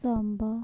Samba